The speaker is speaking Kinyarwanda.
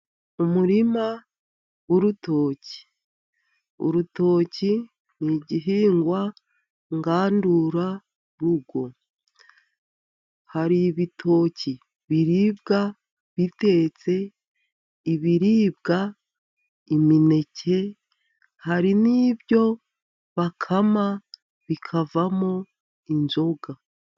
Umurima w'urutoki , urutoki n'igihingwa ngandurarugo, hari ibitoki biribwa bitetse, ibiribwa imineke , hari n'ibyo bakama bikavamo inzoga.